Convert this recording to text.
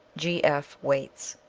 g. f. waits